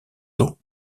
dos